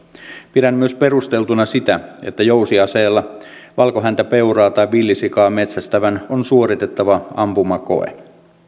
pidän myös perusteltuna sitä että jousiaseella valkohäntäpeuraa tai villisikaa metsästävän on suoritettava ampumakoe